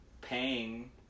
paying